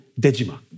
Dejima